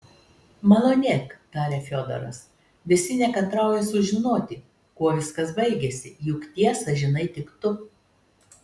malonėk tarė fiodoras visi nekantrauja sužinoti kuo viskas baigėsi juk tiesą žinai tik tu